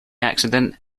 accident